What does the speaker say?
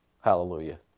Hallelujah